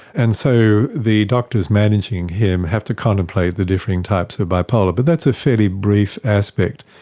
and so the doctors managing him have to contemplate the differing types of bipolar. but that's a fairly brief aspect.